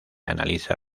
analiza